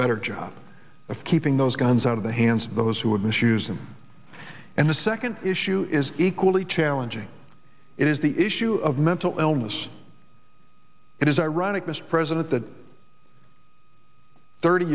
better job of keeping those guns out of the hands of those who would misuse them and the second issue is equally challenging it is the issue of mental illness it is ironic mr president that thirty